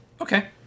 okay